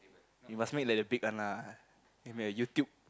you must make like the big one lah maybe like YouTube